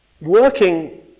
working